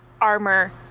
armor